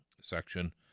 section